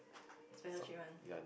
special treatment